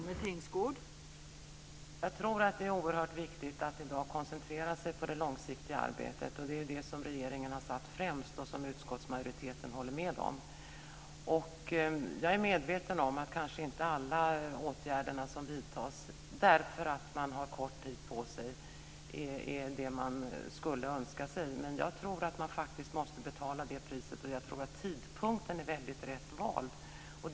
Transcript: Fru talman! Jag tror att det är oerhört viktigt att i dag koncentrera sig på det långsiktiga arbetet. Det är det som regeringen har satt främst, vilket utskottsmajoriteten håller med om. Jag är medveten om att kanske inte alla åtgärder som vidtas på grund av att man har kort tid på sig är vad man skulle önska sig, men jag tror att man faktiskt måste betala det priset. Jag tror också att tidpunkten är väldigt väl vald.